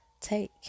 take